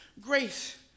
grace